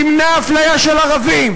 תמנע אפליה של ערבים,